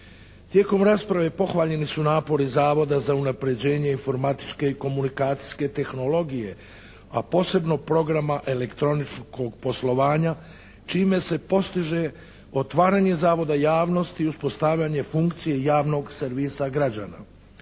Tijekom rasprave pohvaljeni su napori zavoda za unapređenje informatičke i komunikacijske tehnologije, a posebno programa elektroničkog poslovanja, čime se postiže otvaranje zavoda javnosti i uspostavljanje funkcije javnog servisa građana.